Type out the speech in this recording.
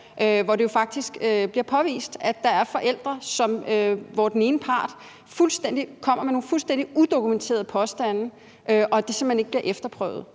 hvor det jo faktisk bliver påvist, at der er forældre, hvor den ene part kommer med nogle fuldstændig udokumenterede påstande, men hvor det simpelt hen ikke bliver efterprøvet.